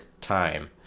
time